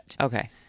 okay